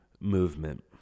movement